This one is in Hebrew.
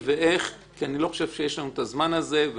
ואיך כי אני לא חושב שיש לנו הזמן הזה.